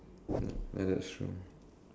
ya that that's true